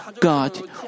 God